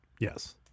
Yes